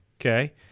Okay